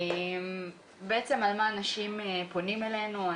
על מה אנשים פונים אלינו.